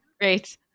great